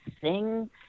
sing